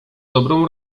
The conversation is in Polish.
dobrą